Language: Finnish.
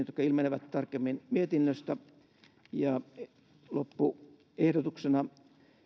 jotka ilmenevät tarkemmin mietinnöstä ja loppuehdotuksena